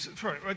sorry